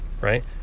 right